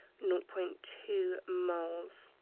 naught point two moles